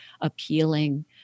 appealing